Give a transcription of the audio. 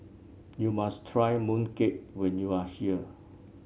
you must try mooncake when you are here